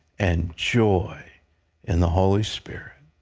and joy in the holy spirit.